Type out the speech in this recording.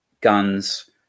guns